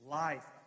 life